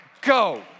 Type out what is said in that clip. Go